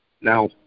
Now